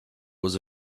was